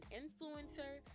influencer